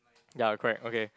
ya correct okay